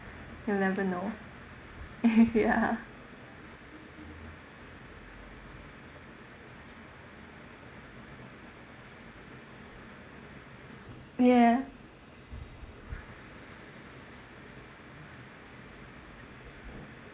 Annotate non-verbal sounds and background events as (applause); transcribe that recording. you'll never know (laughs) ya ya